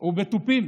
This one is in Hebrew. ובתופים,